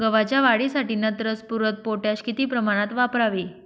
गव्हाच्या वाढीसाठी नत्र, स्फुरद, पोटॅश किती प्रमाणात वापरावे?